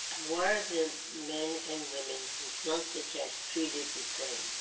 were the men and women who flunk the test treated the same.